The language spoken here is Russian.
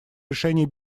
решении